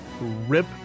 rip